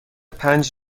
پنج